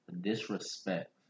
Disrespect